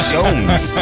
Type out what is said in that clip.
Jones